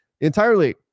Entirely